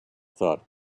thought